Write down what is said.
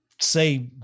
say